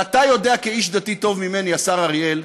ואתה יודע טוב ממני, השר אריאל,